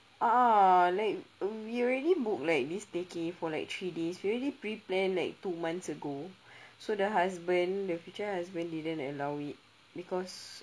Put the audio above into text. a'ah like we already booked like this staycay for like three days we already pre planned like two months ago so the husband the future husband didn't allow it because